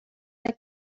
like